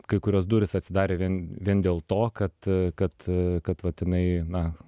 kai kurios durys atsidarė vien vien dėl to kad kad kad vat inai na